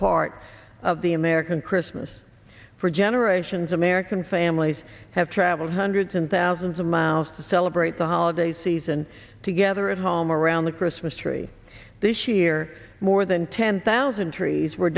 part of the american christmas for generations american families have traveled hundreds and thousands of miles to celebrate the holiday season together at home around the christmas tree this year more than ten thousand trees were